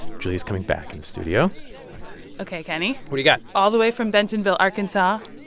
julia's coming back in the studio ok, kenny what do you got? all the way from bentonville, ark. and but